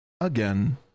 again